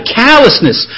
callousness